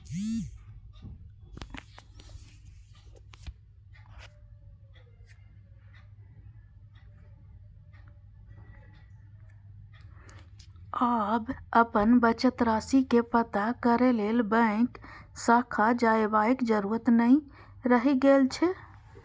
आब अपन बचत राशि के पता करै लेल बैंक शाखा जयबाक जरूरत नै रहि गेल छै